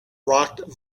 rocked